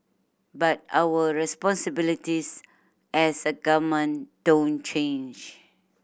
but our responsibilities as a government don't change